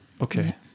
Okay